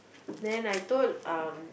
then I told um